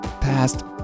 past